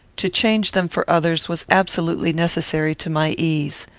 to change them for others was absolutely necessary to my ease.